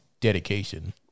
dedication